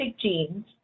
genes